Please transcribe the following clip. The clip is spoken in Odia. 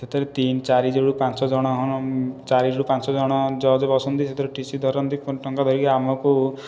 ସେଥିରେ ତିନି ଚାରିରୁ ପାଞ୍ଚଜଣ ଚାରିରୁ ପାଞ୍ଚଜଣ ଜଜ୍ ବସନ୍ତି ସେଥିରେ ଟିସି ଧରନ୍ତି ଫୁଣି ତାଙ୍କ ଧରି ଆମକୁ